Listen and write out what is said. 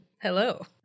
Hello